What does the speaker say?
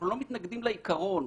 אנחנו לא מתנגדים לעיקרון,